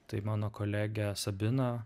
tai mano kolegė sabina